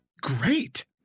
great